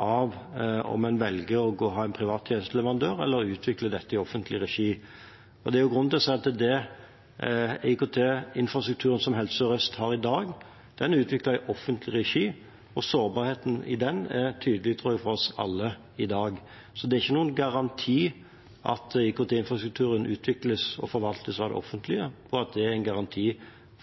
av om en velger å ha en privat tjenesteleverandør eller utvikler dette i offentlig regi. Det er grunn til å si at IKT-infrastrukturen som Helse Sør-Øst har i dag, er utviklet i offentlig regi. Sårbarheten i den tror jeg er tydelig for oss alle i dag. IKT-infrastrukturen som utvikles og forvaltes av det offentlige, er ikke noen garanti